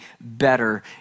better